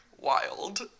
Wild